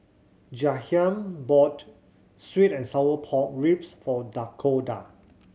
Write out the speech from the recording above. Jahiem bought sweet and sour pork ribs for Dakoda